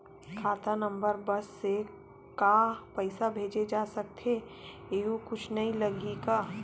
खाता नंबर बस से का पईसा भेजे जा सकथे एयू कुछ नई लगही का?